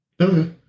Okay